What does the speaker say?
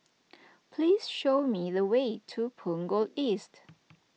please show me the way to Punggol East